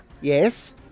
yes